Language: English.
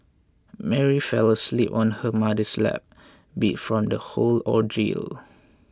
Mary fell asleep on her mother's lap beat from the whole ordeal